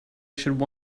should